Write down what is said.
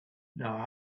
now